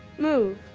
move.